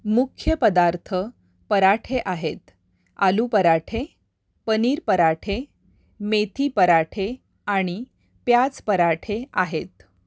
मुख्य पदार्थ पराठे आहेत आलू पराठे पनीर पराठे मेथी पराठे आणि प्याज पराठे आहेत